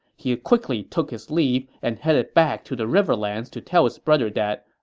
he quickly took his leave and headed back to the riverlands to tell his brother that,